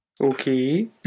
Okay